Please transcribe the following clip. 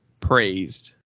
praised